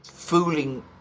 Fooling